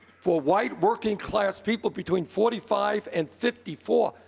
for white working class people between forty five and fifty four,